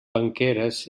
penqueres